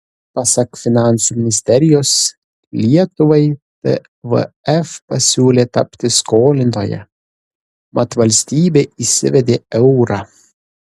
pasak finansų ministerijos lietuvai tvf pasiūlė tapti skolintoja mat valstybė įsivedė eurą